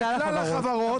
לכלל החברות.